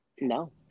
no